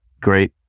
great